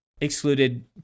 excluded